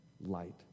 light